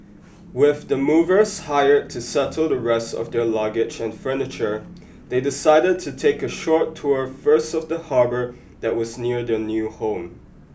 with the movers hired to settle the rest of their luggage and furniture they decided to take a short tour first of the harbour that was near their new home